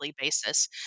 basis